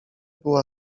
była